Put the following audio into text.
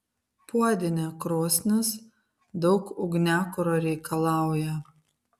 puodinė krosnis daug ugniakuro reikalauja